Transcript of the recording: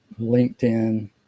LinkedIn